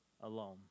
alone